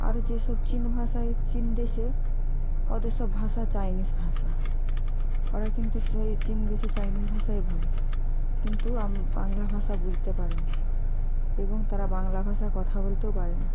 আরও যেসব চীন ভাষায় চীন দেশে ওদের সব ভাষা চাইনিস ভাষা ওরা কিন্তু সেই চীন দেশে চাইনিস ভাষাই বলে কিন্তু বাংলা ভাষা বুঝতে পারে না এবং তারা বাংলা ভাষায় কথা বলতেও পারে না